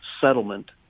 settlement